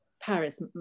Paris